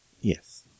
Yes